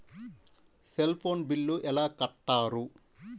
Cell phone bill ఎలా కట్టారు?